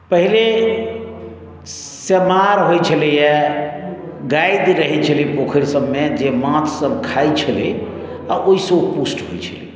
पहिने सेमार होइत छलैए गादि रहैत छलै पोखरि सभमे जे माछसभ खाइत छलै आ ओहिसँ ओ पुष्ट होइत छलै